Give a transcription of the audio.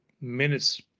minutes